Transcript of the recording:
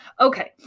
Okay